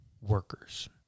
workers